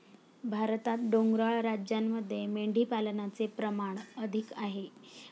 भारतात डोंगराळ राज्यांमध्ये मेंढीपालनाचे प्रमाण अधिक आहे